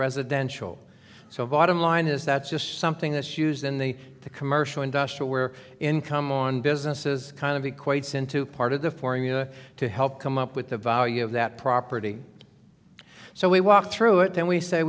residential so bottom line is that's just something that's used in the commercial industrial where income on businesses kind of equates into part of the formula to help come up with the value of that property so we walk through it then we say